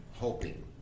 hoping